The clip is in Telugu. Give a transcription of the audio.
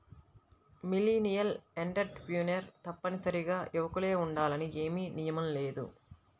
మిలీనియల్ ఎంటర్ప్రెన్యూర్లు తప్పనిసరిగా యువకులే ఉండాలని ఏమీ నియమం లేదు